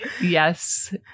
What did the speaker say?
Yes